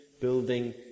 building